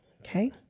Okay